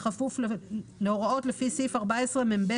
בכפוף להוראות לפי סעיף 14מב(ד).